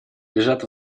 лежат